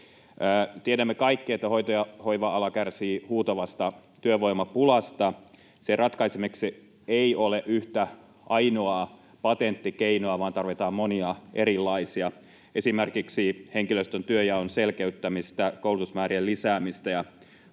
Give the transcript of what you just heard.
Tiedämme kaikki, että hoito- ja hoiva-ala kärsii huutavasta työvoimapulasta. Sen ratkaisemiseksi ei ole yhtä ainoaa patenttikeinoa, vaan tarvitaan monia erilaisia, esimerkiksi henkilöstön työnjaon selkeyttämistä, koulutusmäärien lisäämistä ja